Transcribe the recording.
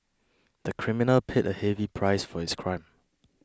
the criminal paid a heavy price for his crime